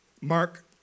Mark